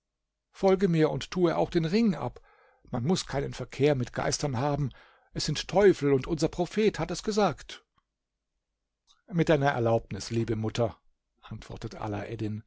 folge mir und tue auch den ring ab man muß keinen verkehr mit geistern haben es sind teufel und unser prophet hat es gesagt mit deiner erlaubnis liebe mutter antwortet